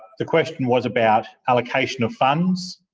the question was about allocation of funds,